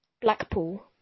Blackpool